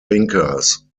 thinkers